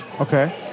Okay